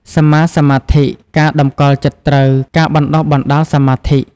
សម្មាសមាធិ ការតម្កល់ចិត្តត្រូវ ការបណ្ដុះបណ្ដាលសមាធិ។